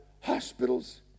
hospitals